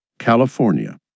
California